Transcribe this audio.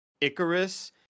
icarus